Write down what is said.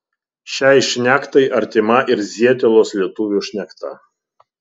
šiai šnektai artima ir zietelos lietuvių šnekta